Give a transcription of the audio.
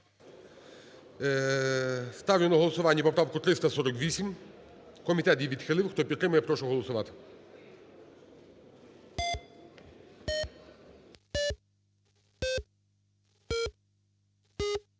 Ставлю на голосування поправку 348. Комітет її відхилив. Хто підтримує, прошу голосувати.